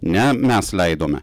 ne mes leidome